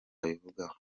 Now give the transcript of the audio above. abivugaho